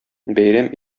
бәйрәм